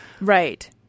Right